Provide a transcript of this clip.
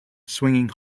swinging